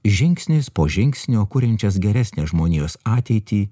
žingsnis po žingsnio kuriančias geresnę žmonijos ateitį